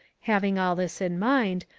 having all this in mind,